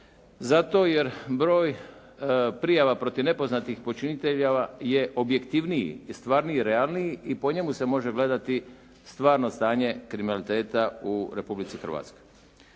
zato jer broj prijava protiv nepoznatih počinitelja je objektivniji i stvarniji i realniji i po njemu se može gledati stvarno stanje kriminaliteta u Republici Hrvatskoj.